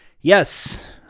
Yes